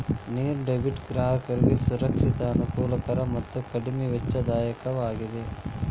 ನೇರ ಡೆಬಿಟ್ ಗ್ರಾಹಕರಿಗೆ ಸುರಕ್ಷಿತ, ಅನುಕೂಲಕರ ಮತ್ತು ಕಡಿಮೆ ವೆಚ್ಚದಾಯಕವಾಗಿದೆ